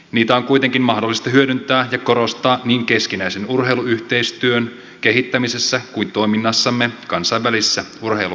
niitä on kuitenkin mahdollista hyödyntää ja korostaa niin keskinäisen urheiluyhteistyön kehittämisessä kuin toiminnassamme kansainvälisissä urheiluyhteisöissä